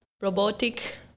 robotic